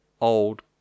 old